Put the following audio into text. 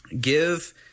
Give